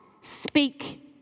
Speak